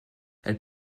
elle